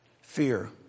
fear